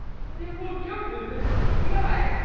nimble jugglers that deceive the eye,